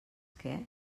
què